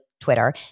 Twitter